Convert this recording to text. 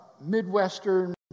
Midwestern